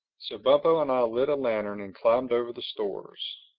so bumpo and i lit a lantern and climbed over the stores.